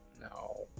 no